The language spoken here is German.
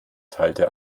teilte